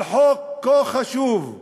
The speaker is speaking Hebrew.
על חוק כה חשוב,